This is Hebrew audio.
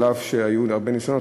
אף שהיו הרבה ניסיונות,